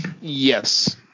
Yes